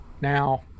now